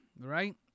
right